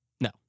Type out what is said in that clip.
No